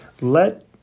Let